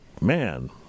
man